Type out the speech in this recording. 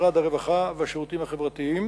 משרד הרווחה והשירותים החברתיים